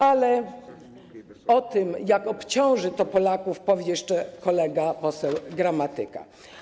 Ale o tym, jak obciąży to Polaków, powie jeszcze kolega, poseł Gramatyka.